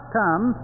come